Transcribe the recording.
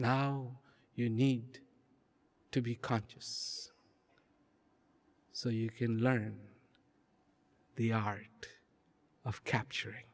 how you need to be conscious so you can learn the art of capturing